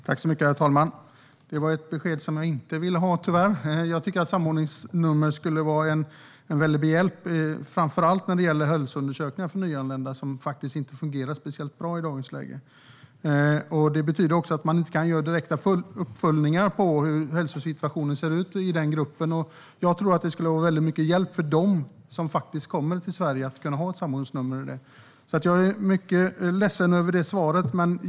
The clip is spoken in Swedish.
Herr talman! Det var tyvärr ett besked som jag inte vill ha. Jag tycker att samordningsnummer skulle vara till hjälp, framför allt när det gäller hälsoundersökningar för nyanlända som inte fungerar speciellt bra i dagens läge. Det betyder också att man inte kan göra direkta uppföljningar av hälsosituationen i den gruppen. Jag tror att det skulle vara mycket till hjälp för dem som kommer till Sverige att kunna ha ett samordningsnummer. Jag är mycket ledsen över det svaret.